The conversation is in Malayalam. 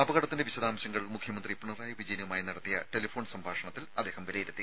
അപകടത്തിന്റെ വിശദാംശങ്ങൾ മുഖ്യമന്ത്രി പിണറായി വിജയനുമായി നടത്തിയ ടെലിഫോൺ സംഭാഷണത്തിൽ അദ്ദേഹം വിലയിരുത്തി